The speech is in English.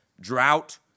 drought